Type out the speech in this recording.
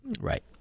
Right